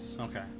Okay